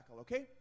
okay